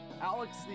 Alex